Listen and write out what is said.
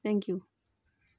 thank you